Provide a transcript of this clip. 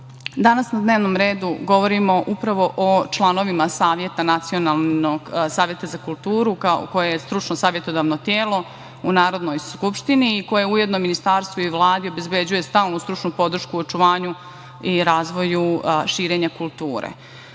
tome. Danas na dnevnom redu govorimo upravo o članovima Nacionalnog saveta za kulturu, koje je stručno savetodavno telo u Narodnoj skupštini i koje ujedno ministarstvu i Vladi obezbeđuje stalnu stručnu podršku očuvanju i razvoju širenja kulture. Samim